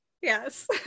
yes